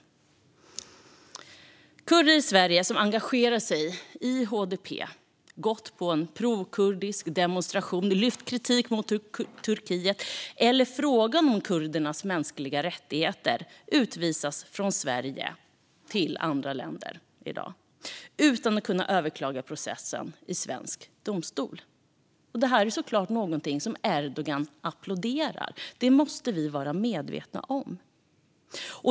Kurder i Sverige som engagerat sig i HDP, gått på en prokurdisk demonstration eller lyft kritik mot Turkiet eller frågan om kurdernas mänskliga rättigheter utvisas från Sverige till andra länder i dag utan att kunna överklaga processen i svensk domstol. Det här är såklart någonting som Erdogan applåderar. Det måste vi vara medvetna om.